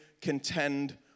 contend